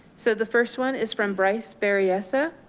so the first one is from bryce berryessa.